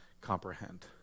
comprehend